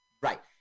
right